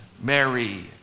Mary